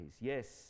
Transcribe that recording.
Yes